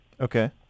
Okay